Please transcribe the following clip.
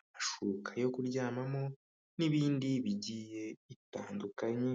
amashuka yo kuryamamo n'ibindi bigiye bitandukanye.